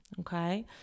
okay